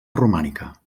romànica